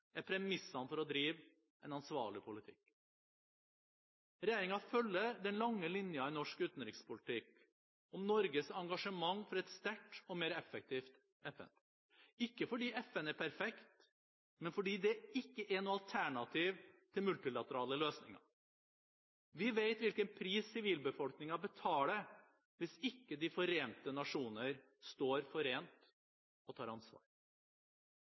er premissene for å drive en ansvarlig politikk. Regjeringen følger den lange linjen i norsk utenrikspolitikk om Norges engasjement for et sterkt og mer effektivt FN – ikke fordi FN er perfekt, men fordi det ikke er noe alternativ til multilaterale løsninger. Vi vet hvilken pris sivilbefolkningen betaler hvis ikke De forente nasjoner står forent og tar ansvar.